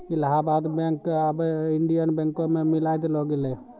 Allahabad bank क आबै Indian बैंको मे मिलाय देलो गेलै